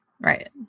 Right